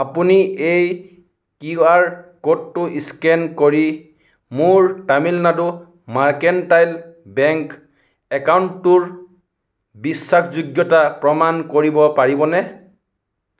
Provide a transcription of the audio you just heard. আপুনি এই কিউআৰ ক'ডটো স্কেন কৰি মোৰ তামিলনাডু মাৰ্কেণ্টাইল বেংক একাউণ্টটোৰ বিশ্বাসযোগ্যতা প্ৰমাণ কৰিব পাৰিবনে